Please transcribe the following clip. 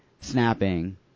snapping